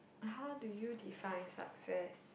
how do you define success